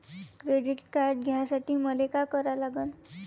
Credit card घ्यासाठी मले का करा लागन?